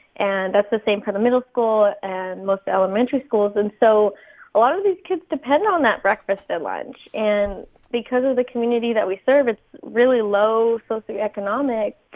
and that's the same for the middle school and most elementary schools, and so a lot of these kids depend on that breakfast and lunch, and because of the community that we serve it's really low socio-economic